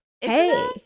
hey